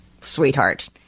Sweetheart